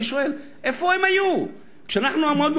אני שואל: איפה הם היו כשאנחנו עמדנו